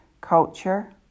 Culture